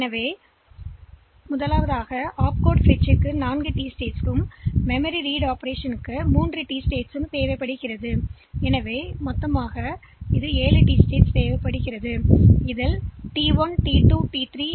எனவே ஒப்கோட் பெற எங்களுக்கு 4 டீ ஸ்டேட்ஸ் தேவை மெமரி ரீட் செயல்பாட்டிற்கு தேவை 3 டீ ஸ்டேட்ஸ் எனவே வழிமுறைகளின் சிக்கலைப் பொறுத்து இந்த வழியில் உங்களுக்குதேவைப்படலாம் அதிக எண்ணிக்கையிலான டீ ஸ்டேட்ஸ்